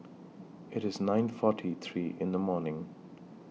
IT IS nine forty three in The morning